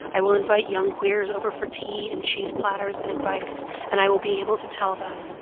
i will invite young queers over for tea and cheese platters and advice, and i will be able to tell them,